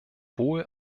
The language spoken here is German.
wohl